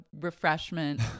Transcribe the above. refreshment